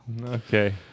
Okay